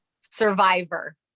Survivor